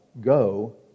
go